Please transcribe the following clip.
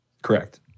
Correct